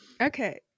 Okay